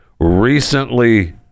Recently